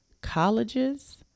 colleges